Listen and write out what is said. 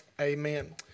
Amen